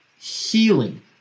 healing